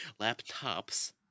Laptops